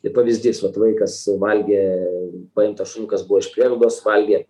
tai pavyzdys vat vaikas valgė paimtas šuniukas buvo iš prieglaudos valgė